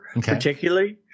particularly